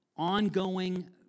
ongoing